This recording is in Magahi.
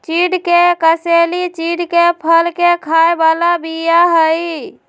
चिढ़ के कसेली चिढ़के फल के खाय बला बीया हई